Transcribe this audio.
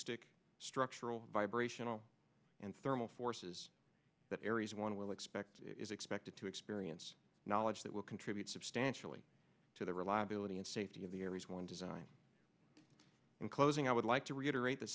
acoustic structural vibrational and thermal forces that aries one will expect is expected to experience knowledge that will contribute substantially to the reliability and safety of the aries one design in closing i would like to reiterate the